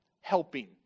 helping